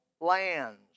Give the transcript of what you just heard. lands